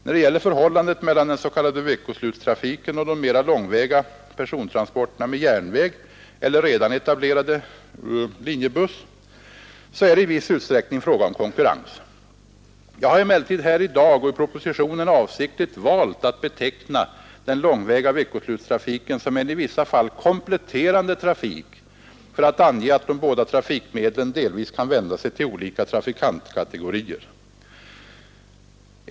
När det gäller förhållandet mellan den s.k. veckoslutstrafiken och de mera långväga persontransporterna med järnväg eller redan etablerad linjebuss är det i viss utsträckning fråga om konkurrens. Jag har emellertid här i dag och i propositionen avsiktligt valt att beteckna den långväga veckoslutstrafiken som en i vissa fall kompletterande trafik för att ange att de båda trafikmedlen delvis kan vända sig till olika trafikantkategorier.